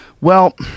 Well-